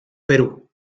perú